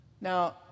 Now